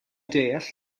deall